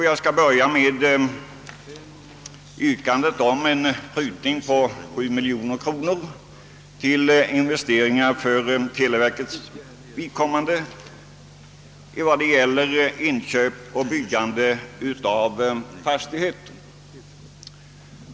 Jag skall börja med yrkandet om en prutning på 7 miljoner kronor till investeringar för televerkets vidkommande i vad gäller inköp och byggande av fastighet.